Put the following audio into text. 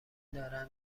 دارم